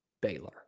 Baylor